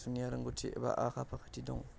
जुनिया रोंगौथि एबा आखा फाखाथि दं